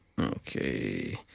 Okay